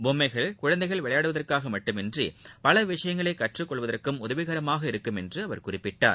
பொம்மைகள் குழந்தைகள் விளையாடுவதற்காக மட்டுமன்றி பல விஷயங்களை கற்றுக் கொள்வதற்கும் உதவிகரமாக இருக்கும் என்று அவர் குறிப்பிட்டார்